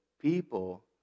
people